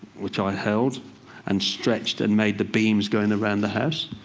which i held and stretched. and made the beams going around the house.